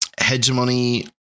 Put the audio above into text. hegemony